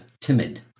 timid